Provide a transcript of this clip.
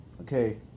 Okay